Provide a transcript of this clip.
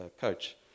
coach